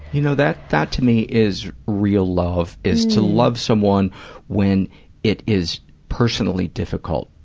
you know, that that to me is real love is to love someone when it is personally difficult.